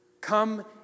Come